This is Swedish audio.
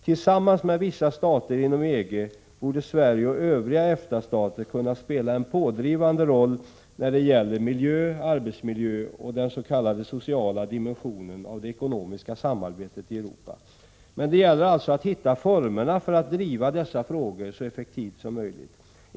Tillsammans med vissa stater inom EG borde Sverige och övriga EFTA stater kunna spela en pådrivande roll när det gäller miljö, arbetsmiljö och den s.k. sociala dimensionen av det ekonomiska samarbetet i Europa. Men det gäller alltså att hitta formerna för att driva dessa frågor så effektivt som möjligt.